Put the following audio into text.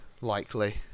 likely